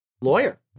lawyer